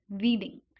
reading